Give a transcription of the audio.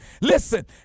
Listen